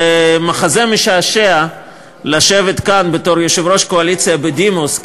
זה מחזה משעשע לשבת כאן בתור יושב-ראש קואליציה בדימוס,